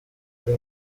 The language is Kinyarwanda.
buri